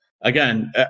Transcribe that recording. again